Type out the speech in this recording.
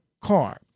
car